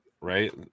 Right